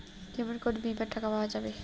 কেমন করি বীমার টাকা পাওয়া যাবে?